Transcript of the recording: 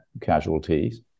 casualties